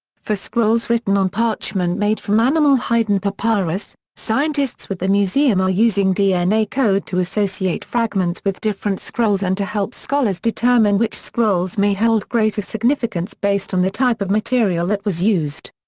for scrolls written on parchment made from animal hide and papyrus, scientists with the museum are using dna code to associate fragments with different scrolls and to help scholars determine which scrolls may hold greater significance based on the type of material that was used.